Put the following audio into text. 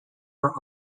were